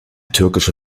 türkische